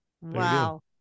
Wow